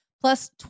plus